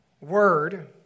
word